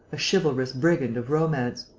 a chivalrous brigand of romance.